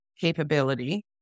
capability